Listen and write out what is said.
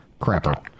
Crapper